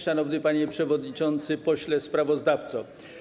Szanowny Panie Przewodniczący Pośle Sprawozdawco!